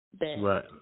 Right